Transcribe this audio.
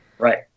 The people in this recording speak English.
Right